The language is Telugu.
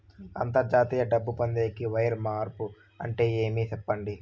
అంతర్జాతీయ డబ్బు పొందేకి, వైర్ మార్పు అంటే ఏమి? సెప్పండి?